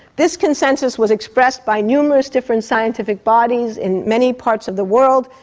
this consensus was expressed by numerous different scientific bodies in many parts of the world.